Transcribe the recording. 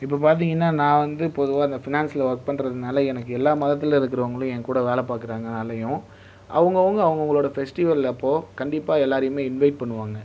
இப்போ பார்த்தீங்கன்னா நான் வந்து பொதுவாக இந்த ஃபினான்ஸில் ஒர்க் பண்ணுகிறதுனால எனக்கு எல்லா மதத்தில் இருக்கிறவங்களும் என் கூட வேலை பார்க்குறாங்கனாலயும் அவங்கவுங்க அவங்கவுங்களோட பெஸ்டிவெல் அப்போது கண்டிப்பாக எல்லோரையுமே இன்வைட் பண்ணுவாங்க